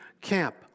camp